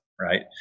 Right